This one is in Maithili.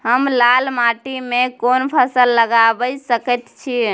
हम लाल माटी में कोन फसल लगाबै सकेत छी?